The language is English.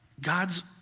god's